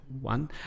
one